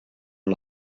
her